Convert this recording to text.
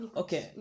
okay